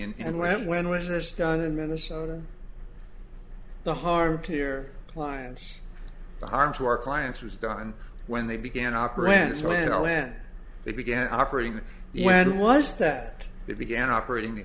in and when when was this done in minnesota the harm to hear clients harm to our clients was done when they began operands when i when they began operating when was that they began operating the